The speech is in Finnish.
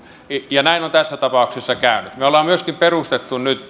ja näin on tässä tapauksessa käynyt me olemme myöskin perustaneet nyt